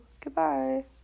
Goodbye